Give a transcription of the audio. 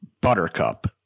Buttercup